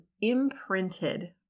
imprinted